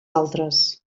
altres